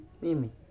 Mimi